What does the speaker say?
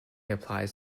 applies